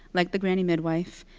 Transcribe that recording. like the granny midwife,